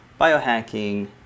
biohacking